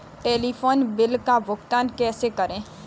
Telephone bill का भुगतान कैसे करें?